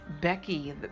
Becky